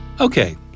Okay